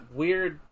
weird